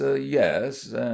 yes